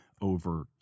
over